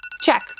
check